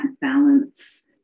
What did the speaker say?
balance